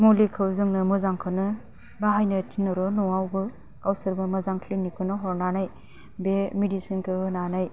मुलिखौ जोंनो मोजांखौनो बाहायनो थिनहरो न'आवबो गावसोरबो मोजां क्लिनिकखौनो हरनानै बे मेदिसिनखौ होनानै